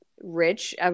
rich